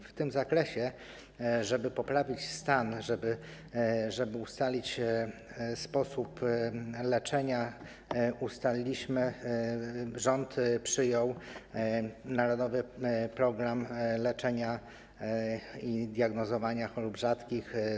W tym zakresie, żeby poprawić stan, żeby ustalić sposób leczenia, ustaliliśmy, rząd przyjął narodowy program leczenia i diagnozowania chorób rzadkich.